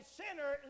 sinner